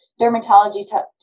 dermatology